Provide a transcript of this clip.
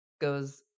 goes